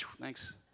thanks